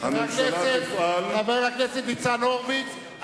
חבר הכנסת ניצן הורוביץ,